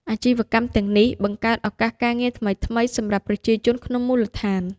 អាជីវកម្មទាំងនេះបង្កើតឱកាសការងារថ្មីៗសម្រាប់ប្រជាជនក្នុងមូលដ្ឋាន។